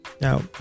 Now